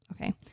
Okay